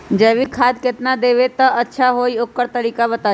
जैविक खाद केतना देब त अच्छा होइ ओकर तरीका बताई?